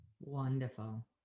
Wonderful